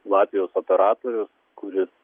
latvijos operatorius kuris